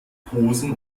posen